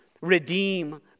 redeem